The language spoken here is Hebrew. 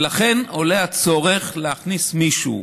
לכן עולה הצורך להכניס מישהו,